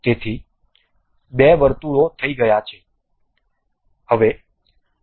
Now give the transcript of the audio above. તેથી બે વર્તુળો થઈ ગયા છે